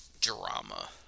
drama